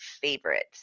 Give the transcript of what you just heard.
favorites